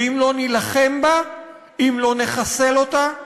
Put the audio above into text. ואם לא נילחם בה, אם לא נחסל אותה,